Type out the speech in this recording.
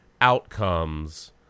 outcomes